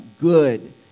good